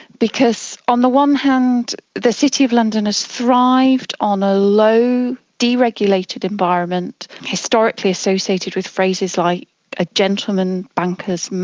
because on the one hand the city of london has thrived on a low deregulated environment, historically associated with phrases like ah gentleman bankers,